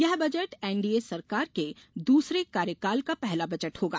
ये budget NDA सरकार के दूसरे कार्यकाल का पहला बजट होगा